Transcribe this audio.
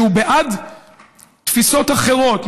שהוא בעד תפיסות אחרות,